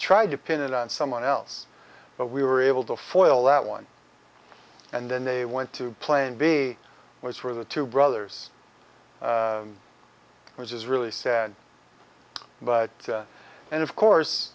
tried to pin it on someone else but we were able to for oil that one and then they went to plan b which were the two brothers which is really sad but and of course